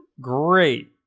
great